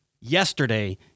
yesterday